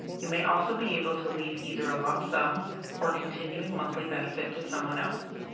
you may also be able to leave either a lump sum or continuing monthly benefit to someone else.